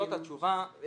זאת התשובה.